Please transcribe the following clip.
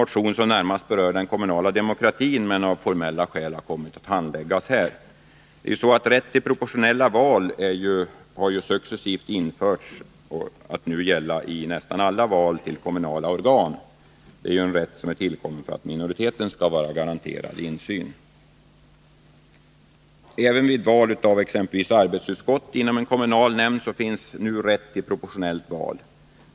Motionen berör närmast den kommunala demokratin men har av formella skäl kommit att handläggas i detta sammanhang. Rätt till proportionella val har ju successivt införts och gäller nu nästan alla val till kommunala organ. Det är en rätt som har tillkommit för att minoriteten skall vara garanterad insyn. Även vid val av exempelvis arbetsutskott inom en kommunal nämnd finns nu rätt till proportionellt val.